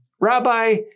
Rabbi